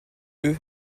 eux